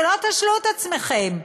שלא תשלו את עצמכם,